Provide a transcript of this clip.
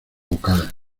vocal